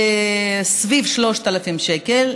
סביב 3,000 שקלים,